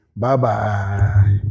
Bye-bye